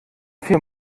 vier